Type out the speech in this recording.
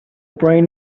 brain